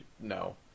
no